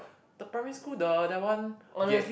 the primary school the that one okay